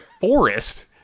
forest